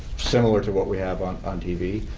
similar to what we have on on tv.